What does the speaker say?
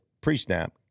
pre-snap